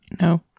No